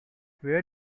where